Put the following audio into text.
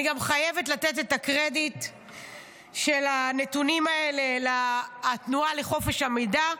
אני גם חייבת לתת את הקרדיט על הנתונים האלה לתנועה לחופש המידע,